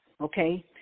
okay